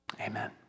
Amen